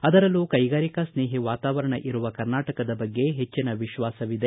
ಅದರಲ್ಲೂ ಕೈಗಾರಿಕಾ ಸ್ನೇಹಿ ವಾತಾವರಣ ಇರುವ ಕರ್ನಾಟಕದ ಬಗ್ಗೆ ಹೆಚ್ಚಿನ ವಿಶ್ವಾಸವಿದೆ